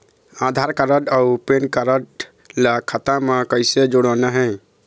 आधार card अऊ PAN card ला खाता म कइसे जोड़वाना हे?